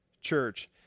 church